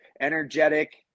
energetic